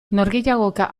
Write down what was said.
norgehiagoka